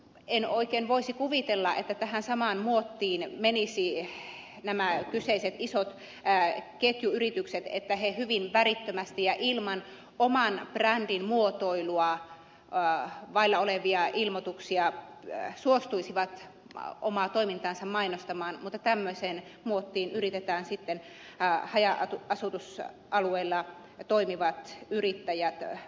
en oikein voisi kuvitella että tähän samaan muottiin menisivät nämä kyseiset isot ketjuyritykset että ne hyvin värittömästi ja ilman oman brändinsä muotoilun mukaisia ilmoituksia suostuisivat omaa toimintaansa mainostamaan mutta tämmöiseen muottiin yritetään sitten haja asutusalueilla toimivat yrittäjät panna